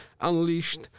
unleashed